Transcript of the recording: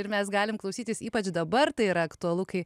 ir mes galim klausytis ypač dabar tai yra aktualu kai